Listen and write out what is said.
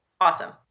Awesome